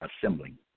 assembling